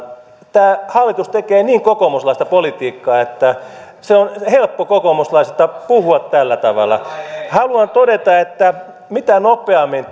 tämä hallitus tekee niin kokoomuslaista politiikkaa että on helppo kokoomuslaisista puhua tällä tavalla haluan todeta että mitä nopeammin